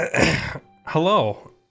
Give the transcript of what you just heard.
hello